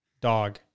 Dog